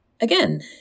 Again